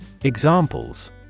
Examples